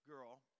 girl